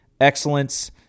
Excellence